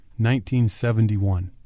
1971